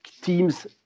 teams